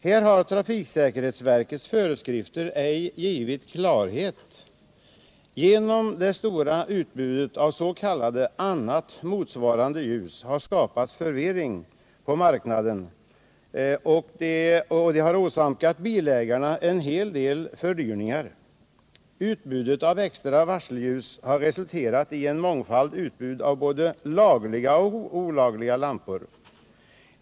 Här har trafiksäkerhetsverkets föreskrifter ej givit klarhet. Genom det stora utbudet av ”annat motsvarande ljus” har således skapats förvirring på marknaden, och det har åsamkat bilägarna en hel del fördyringar. Bestämmelsen om extra varselljus har resulterat i ett mångskiftande utbud av både lagliga och olagliga lampor.